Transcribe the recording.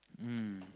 mm